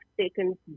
taken